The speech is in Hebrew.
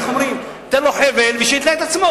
איך אומרים, תן לו חבל, שהוא יתלה את עצמו.